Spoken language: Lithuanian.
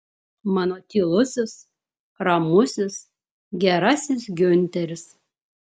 mano tylusis ramusis gerasis giunteris